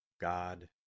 God